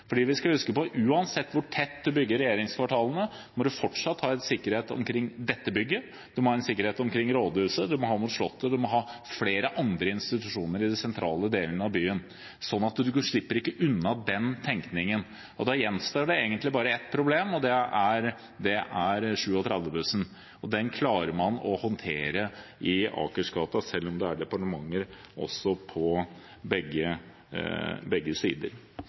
vi skal huske på at uansett hvor tett man bygger regjeringskvartalet, må en fortsatt ha en sikkerhet rundt dette bygget, en må ha sikkerhet rundt Rådhuset, rundt Slottet og flere andre institusjoner i de sentrale delene av byen. Så en slipper ikke unna den tenkningen. Og da gjenstår det egentlig bare ett problem, og det er 37-bussen, og den klarer man å håndtere i Akersgata selv om det er departementer på begge sider.